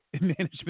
management